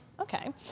Okay